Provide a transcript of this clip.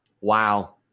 wow